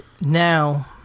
now